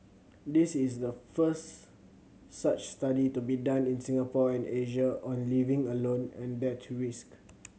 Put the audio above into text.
this is the first such study to be done in Singapore and Asia on living alone and death to risk